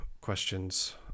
questions